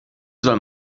soll